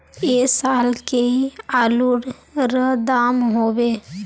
ऐ साल की आलूर र दाम होबे?